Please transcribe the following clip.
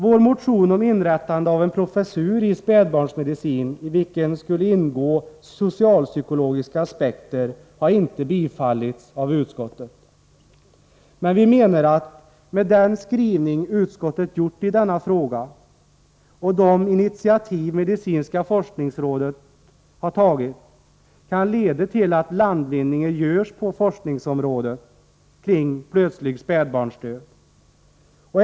Vår motion om inrättande av en professur i spädbarnsmedicin, i vilken skulle ingå socialpsykologiska aspekter, har inte tillstyrkts av utskottet. Men vi menar att utskottets skrivning i denna fråga och de initiativ medicinska forskningsrådet tagit kan leda till att landvinningar görs på forskningsområdet kring plötslig spädbarnsdöd.